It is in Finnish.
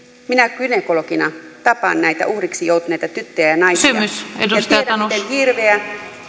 minä gynekologina tapaan näitä uhriksi joutuneita tyttöjä ja naisia ja tiedän miten hirveä